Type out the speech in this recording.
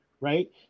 right